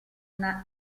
una